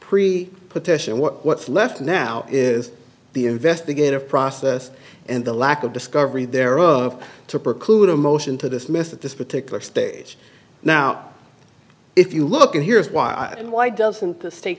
pre petition what what's left now is the investigative process and the lack of discovery thereof to preclude a motion to dismiss at this particular stage now if you look and here's why and why doesn't the state